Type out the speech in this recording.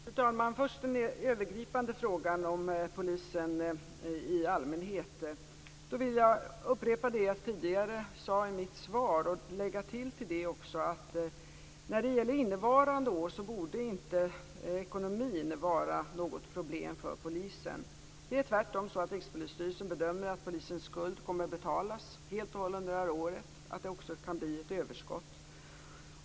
Fru talman! Först den mer övergripande frågan om polisen i allmänhet. Jag vill upprepa det jag tidigare sade i mitt svar och även lägga till att när det gäller innevarande år borde inte ekonomin vara något problem för polisen. Det är tvärtom så att Rikspolisstyrelsen bedömer att polisens skuld kommer att betalas helt och hållet under det här året och att det också kan bli ett överskott.